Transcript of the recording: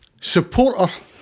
supporter